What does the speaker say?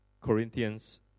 Corinthians